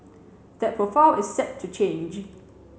that profile is set to change